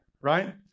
right